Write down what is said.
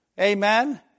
Amen